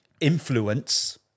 influence